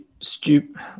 stupid